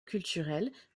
culturelles